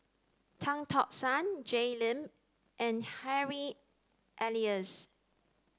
Tan Tock San Jay Lim and Harry Elias